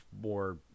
more